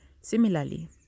Similarly